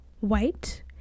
white